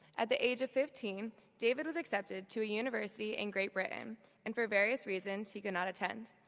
at the age of fifteen, david was accepted to a university in great britain and for various reasons he could not attend.